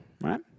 right